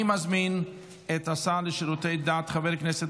אני מזמין את השר לשירותי דת חבר הכנסת